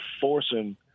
forcing